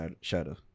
shadow